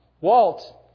Walt